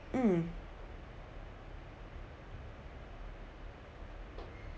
mm